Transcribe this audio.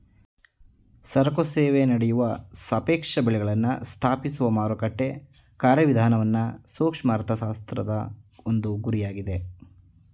ಸರಕು ಸೇವೆ ನಡೆಯುವ ಸಾಪೇಕ್ಷ ಬೆಳೆಗಳನ್ನು ಸ್ಥಾಪಿಸುವ ಮಾರುಕಟ್ಟೆ ಕಾರ್ಯವಿಧಾನವನ್ನು ಸೂಕ್ಷ್ಮ ಅರ್ಥಶಾಸ್ತ್ರದ ಒಂದು ಗುರಿಯಾಗಿದೆ